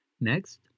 Next